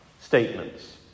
statements